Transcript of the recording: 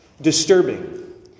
Disturbing